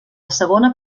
segona